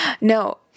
No